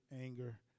anger